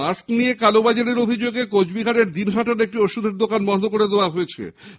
mask নিয়ে কালোবাজারির অভিযোগে কোচবিহারের দিনহাটার একটি ওষুধের দোকান বন্ধ করে দেওয়া হয়েছে